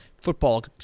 football